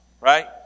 right